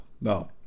no